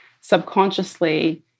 subconsciously